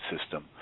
system